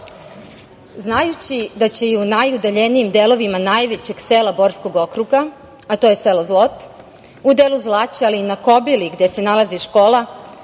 godine. Znajući da će i u najudaljenijim delovima najvećeg sela Borskog okruga, a to je selo Zlot, u delu Zlaća, ali i na Kobili, gde se nalazi škola,